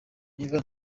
niba